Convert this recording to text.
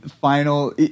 final